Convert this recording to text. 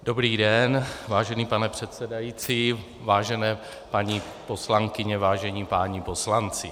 Dobrý den, vážený pane předsedající, vážené paní poslankyně, vážení páni poslanci.